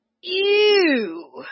Ew